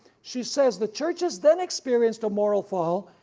she says, the churches then experienced a moral fall,